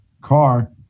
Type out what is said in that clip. car